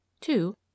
two